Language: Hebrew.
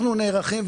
אנחנו נערכים,